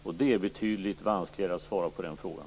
Och det är betydligt vanskligare att svara på den frågan.